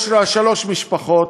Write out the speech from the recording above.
או שלוש משפחות,